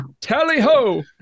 Tally-ho